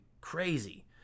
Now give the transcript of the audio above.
crazy